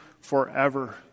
forever